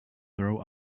throw